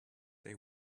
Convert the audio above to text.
they